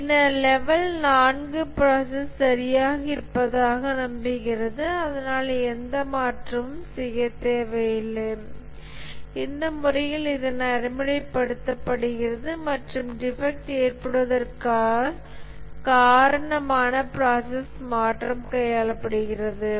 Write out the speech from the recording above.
பின்னர் level 4 process சரியாக இருப்பதாக நம்புகிறது அதனால் எந்த மாற்றமும் செய்ய தேவை இல்லை இந்த முறையில் இது நடைமுறைப்படுத்தப்படுகிறது மற்றும் டிஃபெக்ட் ஏற்படுவதற்கு காரணமான பிராசஸ் மாற்றம் கையாளப்படுகிறது